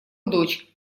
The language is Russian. дочь